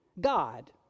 God